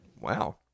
Wow